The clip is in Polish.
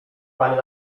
panie